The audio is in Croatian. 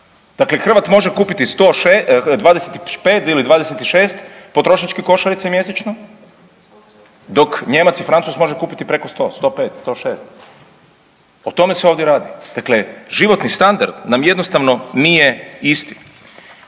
Dakle, Hrvat može kupiti 25 ili 26 potrošačkih košarica mjesečno, dok Nijemac i Francuz može kupiti preko 100, 105, 106. O tome se ovdje radi. Dakle, životni standard nam jednostavno nije isti.